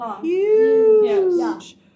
huge